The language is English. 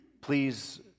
Please